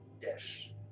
dish